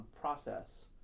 process